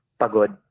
pagod